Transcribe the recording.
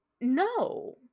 no